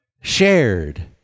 shared